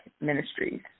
Ministries